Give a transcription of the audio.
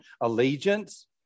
allegiance